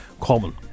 Common